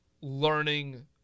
learning